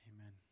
Amen